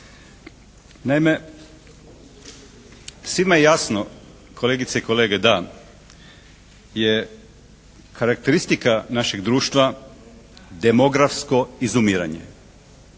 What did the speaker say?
Naime, svima je jasno kolegice i kolege da je karakteristika našeg društva demografsko izumiranje.